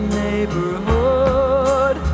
neighborhood